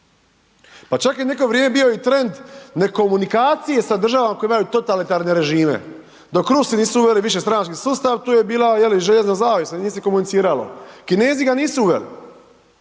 pa čak i neko vrijeme je bio i trend nekomunikacije sa državama koje imaju totalitarne režime, dok Rusi nisu uveli višestranački sustav, tu je bila, je li, željezna zavjesa, nije se komuniciralo. Kinezi ga nisu uveli,